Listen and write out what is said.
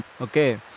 Okay